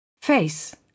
Face